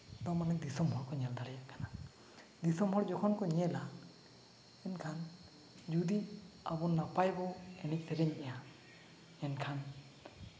ᱵᱟᱝ ᱢᱟ ᱫᱤᱥᱚᱢ ᱦᱚᱲᱠᱚ ᱧᱮᱞ ᱫᱟᱲᱮᱭᱟᱜ ᱠᱟᱱᱟ ᱫᱤᱥᱚᱢ ᱦᱚᱲ ᱡᱚᱠᱷᱚᱱ ᱠᱚ ᱧᱮᱞᱟ ᱮᱱᱠᱷᱟᱱ ᱡᱩᱫᱤ ᱟᱵᱚ ᱱᱟᱯᱟᱭ ᱵᱚᱱ ᱮᱱᱮᱡ ᱥᱮᱨᱮᱧᱫᱼᱟ ᱮᱱᱠᱷᱟᱱ